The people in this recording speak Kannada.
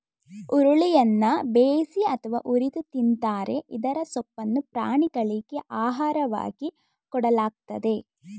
ಹುರುಳಿಯನ್ನ ಬೇಯಿಸಿ ಅಥವಾ ಹುರಿದು ತಿಂತರೆ ಇದರ ಸೊಪ್ಪನ್ನು ಪ್ರಾಣಿಗಳಿಗೆ ಆಹಾರವಾಗಿ ಕೊಡಲಾಗ್ತದೆ